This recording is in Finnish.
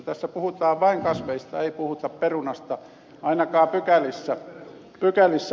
tässä puhutaan vain kasveista ei puhuta perunasta ainakaan pykälissä